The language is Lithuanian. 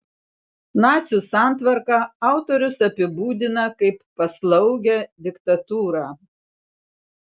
nacių santvarką autorius apibūdina kaip paslaugią diktatūrą